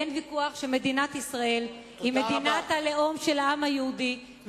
אין ויכוח שמדינת ישראל היא מדינת הלאום של העם היהודי,